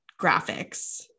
graphics